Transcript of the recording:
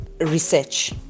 research